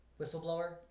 whistleblower